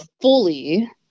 fully